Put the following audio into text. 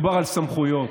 סמכויות,